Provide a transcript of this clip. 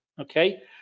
Okay